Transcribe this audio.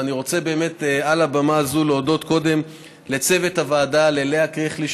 אני רוצה על הבמה הזאת להודות לצוות הוועדה: ללאה קריכלי,